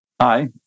Hi